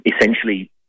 essentially